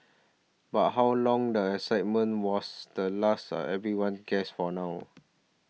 but how long the excitement was the last everyone guess for now